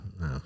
no